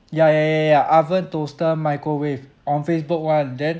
ya ya ya ya oven toaster microwave on facebook [one] then